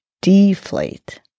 deflate